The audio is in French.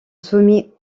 soumis